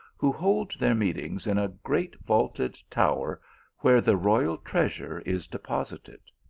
who hold their meetings in a great vaulted tower where the royal treasure is deposited.